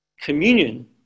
Communion